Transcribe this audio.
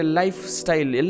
lifestyle